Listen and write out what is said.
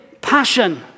passion